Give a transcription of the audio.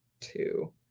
two